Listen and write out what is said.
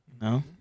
No